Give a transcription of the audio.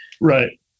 Right